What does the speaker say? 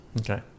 Okay